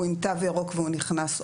הוא עם תו ירוק והוא נכנס,